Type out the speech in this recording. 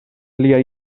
liaj